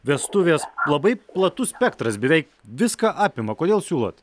vestuvės labai platus spektras beveik viską apima kodėl siūlot